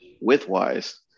width-wise